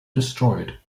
destroyed